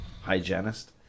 hygienist